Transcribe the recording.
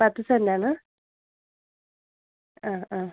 പത്ത് സെന്റ്റാണ് ആ ആ